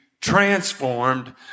transformed